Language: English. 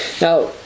Now